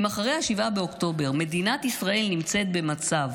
אם אחרי 7 באוקטובר מדינת ישראל נמצאת במצב